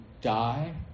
die